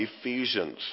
Ephesians